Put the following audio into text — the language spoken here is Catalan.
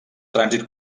trànsit